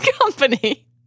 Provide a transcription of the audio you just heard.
company